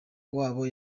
wabo